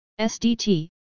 SDT